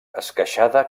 esqueixada